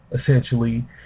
essentially